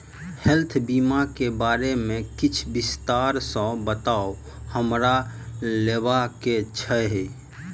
Health बीमा केँ बारे किछ विस्तार सऽ बताउ हमरा लेबऽ केँ छयः?